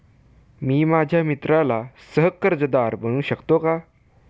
मी माझ्या मित्राला सह कर्जदार बनवू शकतो का?